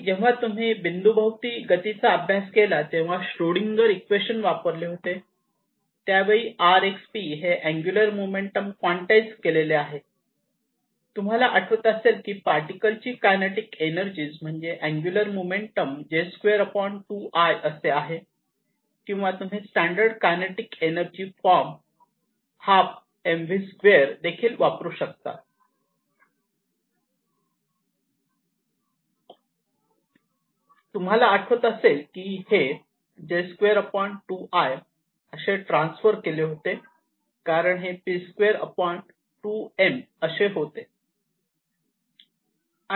जेव्हा तुम्ही बिंदू भोवती गतीचा अभ्यास केला तेव्हा शोरींडिगर इक्वेशन Schrödinger equation वापरले होते त्यावेळी r x p हे अँगुलर मोमेंटम क्वांटाईज केलेले आहे तुम्हाला आठवत असेल की पार्टिकल ची कायनेटिक एनर्जी म्हणजेच अँगुलर मोमेंटम J2 2I असे आहे किंवा तुम्ही स्टॅंडर्ड कायनेटिक एनर्जी फॉर्म देखील वापरू शकतात तुम्हाला आठवत असेल की हे असे ट्रान्सफर केले होते कारण हे p2 2mअसे होते